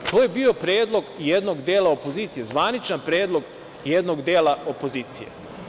To je bio predlog jednog dela opozicije, zvaničan predlog jednog dela opozicije.